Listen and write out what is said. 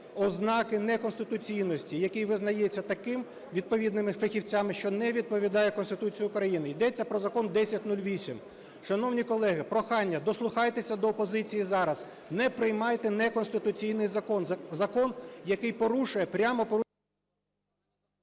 ознаки неконституційності, який визнається таким відповідними фахівцями, що не відповідає Конституції України, йдеться про закон 1008. Шановні колеги, прохання дослухайтеся до опозиції зараз, не приймайте неконституційний закон, закон, який порушує… Веде засідання